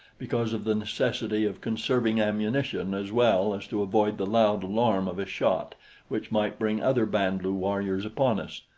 because of the necessity of conserving ammunition as well as to avoid the loud alarm of a shot which might bring other band-lu warriors upon us.